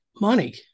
money